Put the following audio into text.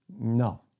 No